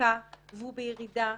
בשחיקה והוא בירידה,